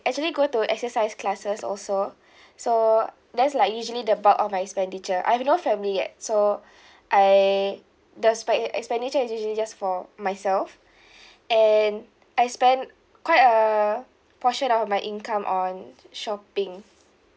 actually go to exercise classes also so that's like usually the bulk of my expenditure I have no family yet so I the spend expenditure is usually just for myself and I spend quite a portion of my income on shopping